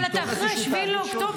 אבל אתה אחרי 7 באוקטובר.